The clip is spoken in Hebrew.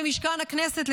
במשכן הכנסת,